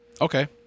Okay